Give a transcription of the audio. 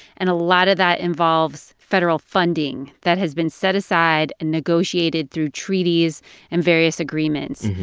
and a lot of that involves federal funding that has been set aside and negotiated through treaties and various agreements.